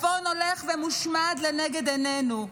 הצפון הולך ומושמד לנגד עינינו.